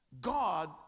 God